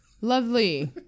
lovely